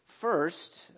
first